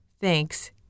Thanks